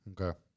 Okay